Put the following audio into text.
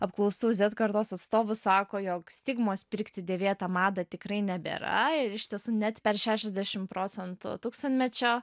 apklaustų zet kartos atstovų sako jog stigmos pirkti dėvėtą madą tikrai nebėra ir iš tiesų net per šešiadešim procentų tūkstantmečio